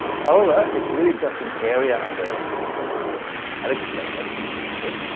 however, it's really just an area under a pretty simple curve. i'll explain that in a moment, okay.